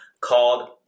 called